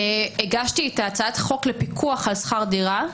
הגשתי את הצעת החוק לפיקוח על שכר דירה.